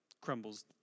crumbles